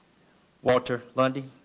walter lundy